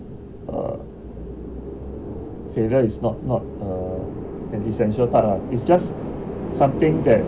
uh failure is not not uh an essential part ah it's just something that